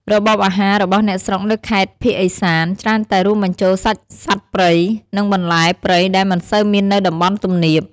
របបអាហាររបស់អ្នកស្រុកនៅខេត្តភាគឦសាន ច្រើនតែរួមបញ្ចូលសាច់សត្វព្រៃ និងបន្លែព្រៃដែលមិនសូវមាននៅតំបន់ទំនាប។